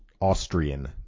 Austrian